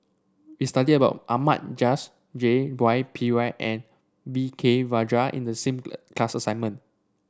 we studied about Ahmad Jais J Y Pillay and V K Rajah in the similar class assignment